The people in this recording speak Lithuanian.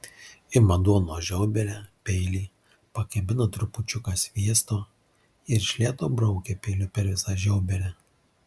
ima duonos žiauberę peilį pakabina trupučiuką sviesto ir iš lėto braukia peiliu per visą žiauberę